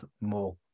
more